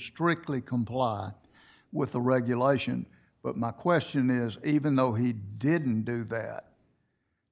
strictly comply with the regulation but my question is even though he didn't do that